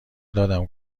دادم